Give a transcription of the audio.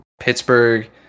Pittsburgh